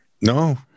No